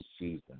season